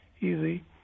easy